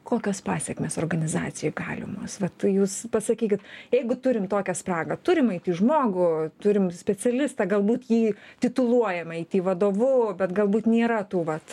kokios pasekmės organizacijoj galimos vat jūs pasakykit jeigu turim tokią spragą turim aiti žmogų turime specialistą galbūt jį tituluojam aiti vadovu bet galbūt nėra tų vat